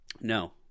No